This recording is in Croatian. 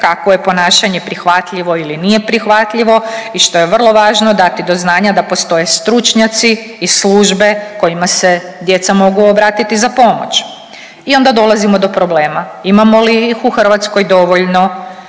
kakvo je ponašanje prihvatljivo ili nije prihvatljivo i što je vrlo važno dati do znanja da postoje stručnjaci i službe kojima se djeca mogu obratiti za pomoć. I onda dolazimo do problema, imamo li ih u Hrvatskoj dovoljno